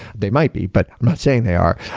they might be, but i'm not saying they are,